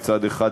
מצד אחד,